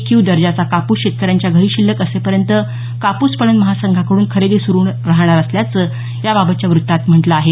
Q दर्जाचा कापूस शेतकऱ्यांच्या घरी शिल्लक असेपर्यंत कापूस पणन महासंघाकडून खरेदी सुरू राहणार असल्याचं याबाबतच्या वृत्तात म्हटलं आहे